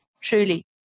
truly